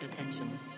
attention